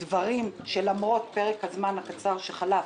כללנו דברים למרות פרק הזמן הקצר שחלף